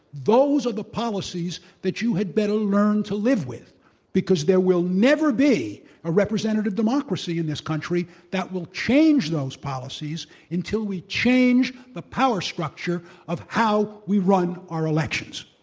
those are the policies that you had better learn to live with because there will never be a representative democracy in this country that will change those policies until we change the power structure of how we run our elections.